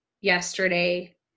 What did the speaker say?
yesterday